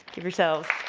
give yourselves.